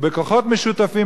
ובכוחות משותפים,